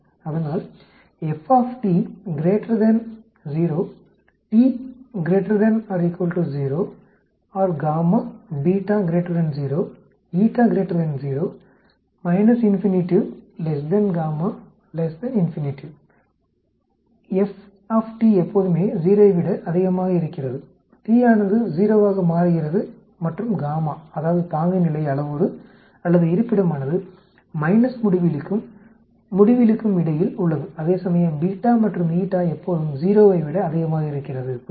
அதனால் f T எப்போதுமே 0 ஐ விட அதிகமாக இருகிறது T ஆனது 0 ஆக மாறுகிறது மற்றும் காமா அதாவது தாங்குநிலை அளவுரு அல்லது இருப்பிடமானது மைனஸ் முடிவிலிக்கும் முடிவிலிக்கும் இடையில் உள்ளது அதேசமயம் பீட்டா மற்றும் ஈட்டா எப்போதும் 0 ஐ விட அதிகமாக இருகிறது புரிகிறதா